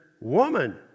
woman